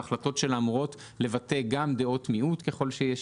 ההחלטות שלה אמורות לבטא גם דעות מיעוט ככל שיש